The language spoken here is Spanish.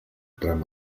tramo